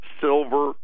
silver